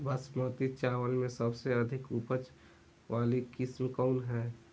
बासमती चावल में सबसे अधिक उपज वाली किस्म कौन है?